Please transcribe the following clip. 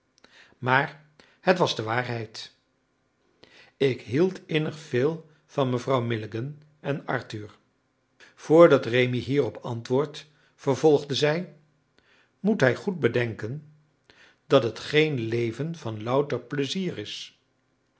maar het was de waarheid ik hield innig veel van mevrouw milligan en arthur voordat rémi hierop antwoordt vervolgde zij moet hij goed bedenken dat het geen leven van louter pleizier is